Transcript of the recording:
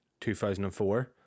2004